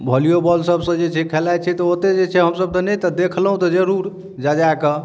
वॉलिओ ball सभ जे छै से खेलै छै तऽ ओते जे छै हमसब तऽ नहि देखलहुॅं तऽ जरूर जा जा कऽ